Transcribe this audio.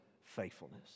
faithfulness